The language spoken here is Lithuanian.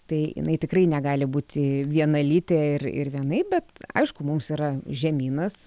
tai jinai tikrai negali būti vienalytė ir ir vienaip bet aišku mums yra žemynas